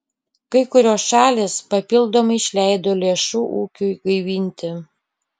kai kurios šalys papildomai išleido lėšų ūkiui gaivinti